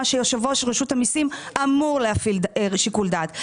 יושב-ראש רשות המיסים אמור להפעיל שיקול דעת.